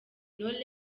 knowless